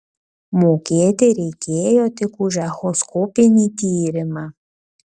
mokėti reikėjo tik už echoskopinį tyrimą